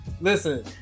Listen